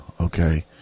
okay